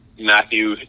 Matthew